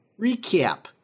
recap